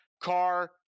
car